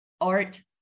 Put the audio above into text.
art